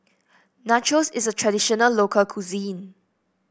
nachos is a traditional local cuisine